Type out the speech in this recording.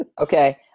Okay